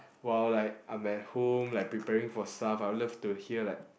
while like I'm at home like preparing for stuff I would love to hear like